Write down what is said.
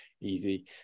easy